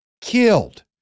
Killed